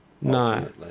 No